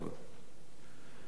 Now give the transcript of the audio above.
אמירתו של וינסטון צ'רצ'יל: